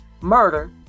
Murder